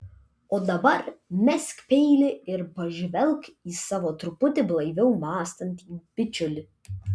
o dabar mesk peilį ir pažvelk į savo truputį blaiviau mąstantį bičiulį